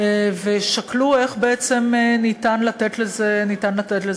ושקלו איך בעצם אפשר לתת לה פתרון.